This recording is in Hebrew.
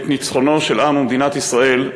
את ניצחונם של עם ומדינת ישראל,